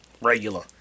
regular